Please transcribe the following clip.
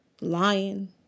lying